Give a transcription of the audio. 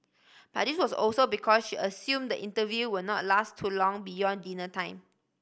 but this was also because she assumed the interview will not last too long beyond dinner time